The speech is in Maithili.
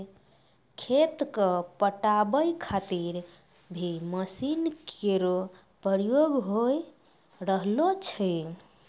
खेत क पटावै खातिर भी मसीन केरो प्रयोग होय रहलो छै